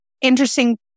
interesting